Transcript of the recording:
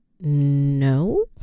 no